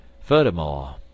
Furthermore